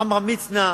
עמרם מצנע,